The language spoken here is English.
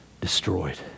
destroyed